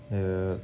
the